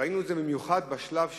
ראינו את זה במיוחד בשלב השאלות,